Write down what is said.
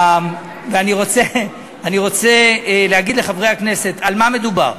אני רוצה להגיד לחברי הכנסת על מה מדובר,